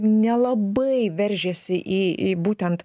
nelabai veržiasi į į būtent